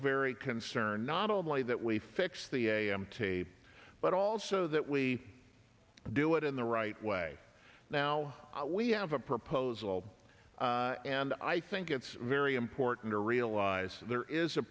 very concerned not only that we fix the a m t but also that we do it in the right way now we have a proposal and i think it's very important to realize there is a